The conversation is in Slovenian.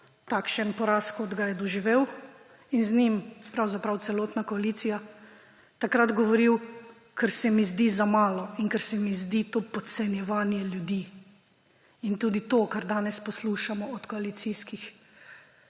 takšen poraz, kot ga je doživel, in z njim pravzaprav celotna koalicija, govoril, ker se mi zdi zamalo in ker se mi zdi to podcenjevanje ljudi. Tudi to, kar danes poslušamo od koalicijskih